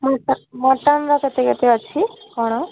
mutton mutton ର କେତେ କେତେ ଅଛି କଣ